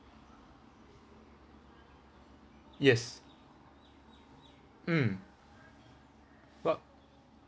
yes mm what